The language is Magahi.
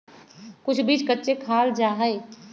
कुछ बीज कच्चे खाल जा हई